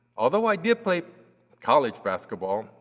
although i did play college basketball,